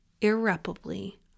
irreparably